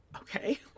Okay